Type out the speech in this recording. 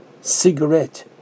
cigarette